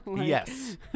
Yes